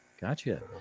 Gotcha